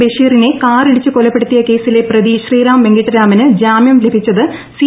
ബഷീറിനെ കാറിടിച്ച് കൊലപ്പെടുത്തിയ കേസിലെ പ്രതി ശ്രീറാം വെങ്കിട്ടരാമന ് ജാമ്യം ലഭിച്ചത് സി